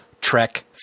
Trek